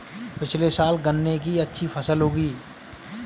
पिछले साल गन्ने की अच्छी फसल उगी